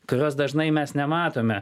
kurios dažnai mes nematome